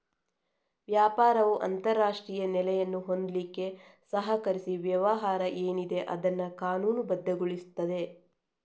ವ್ಯಾಪಾರವು ಅಂತಾರಾಷ್ಟ್ರೀಯ ನೆಲೆಯನ್ನು ಹೊಂದ್ಲಿಕ್ಕೆ ಸಹಕರಿಸಿ ವ್ಯವಹಾರ ಏನಿದೆ ಅದನ್ನ ಕಾನೂನುಬದ್ಧಗೊಳಿಸ್ತದೆ